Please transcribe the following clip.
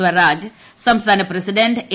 സ്വരാജ് സംസ്ഥാന president A